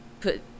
put